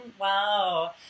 Wow